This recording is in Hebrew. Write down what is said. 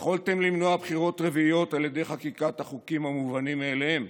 יכולתם למנוע בחירות רביעיות על ידי חקיקת החוקים המובנים מאליהם,